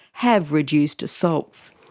have reduced assaults.